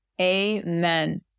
amen